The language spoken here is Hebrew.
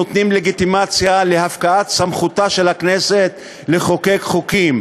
נותנים לגיטימציה להפקעת סמכותה של הכנסת לחוקק חוקים.